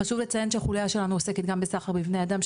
חשוב לציין שהחולייה שלנו עוסקת גם בסחר בבני אדם,